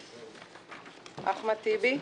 אחמד טיבי,